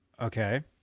okay—